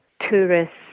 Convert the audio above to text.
tourists